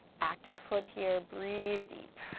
active foot here, breathe deep.